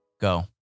Go